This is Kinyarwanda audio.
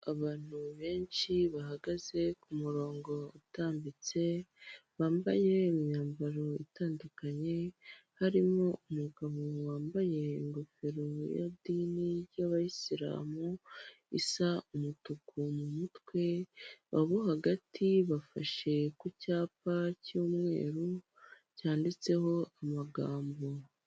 Abantu benshi bahagaze ku murongo utambitse wambaye imyambaro itandukanye, harimo umugabo wambaye ingofero y'idini ry'abayisilamu, isa umutuku mu mutwe, abo hagati bafashe ku cyapa cy'umweru cyanditseho amagambo.